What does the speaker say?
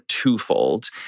twofold